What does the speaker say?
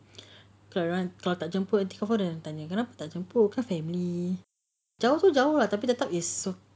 kata orang kalau tak jemput tentu telefon kata kenapa tak jemput kan family jauh tu jauh lah tapi tetap is